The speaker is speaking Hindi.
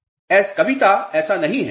छात्र कविता ऐसा नहीं है